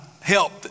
help